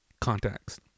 Context